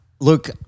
Look